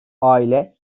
aile